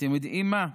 אתם יודעים מה?